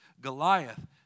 Goliath